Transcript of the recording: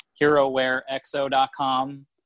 HeroWareXO.com